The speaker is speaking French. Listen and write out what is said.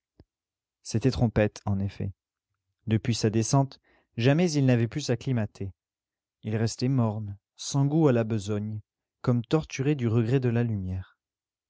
c'était trompette en effet depuis sa descente jamais il n'avait pu s'acclimater il restait morne sans goût à la besogne comme torturé du regret de la lumière